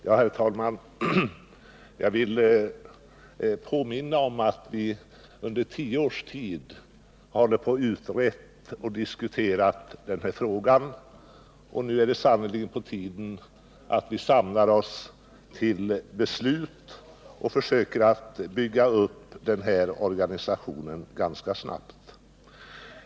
Herr talman! Jag vill påminna om att vi under tio år hållit på och utrett och diskuterat den här frågan, och nu är det sannerligen på tiden att vi samlar oss till beslut och försöker att bygga upp organisationen ganska snabbt.